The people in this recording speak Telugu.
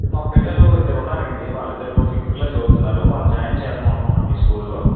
మా పిల్లలు ఇద్దరు ఉన్నారండి వాళ్ళిద్దరు కూడా ఫిఫ్త్ క్లాస్ చదువుతున్నారు వాళ్ళని జాయిన్ చేద్దాం అనుకుంటున్నాను మీ స్కూల్ ల్లో